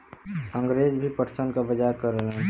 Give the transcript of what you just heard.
अंगरेज भी पटसन क बजार करलन